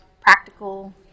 practical